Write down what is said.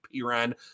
Piran